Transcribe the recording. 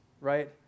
right